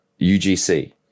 UGC